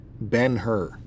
Ben-Hur